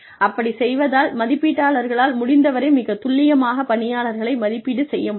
அப்படி செய்வதால் மதிப்பீட்டாளர்களால் முடிந்தவரை மிகத் துல்லியமாக பணியாளர்களை மதிப்பீடு செய்ய முடியும்